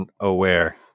unaware